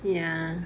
ya